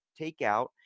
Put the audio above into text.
takeout